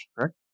correct